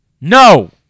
No